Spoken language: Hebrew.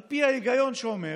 על פי ההיגיון שאומר